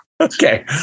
Okay